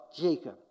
Jacob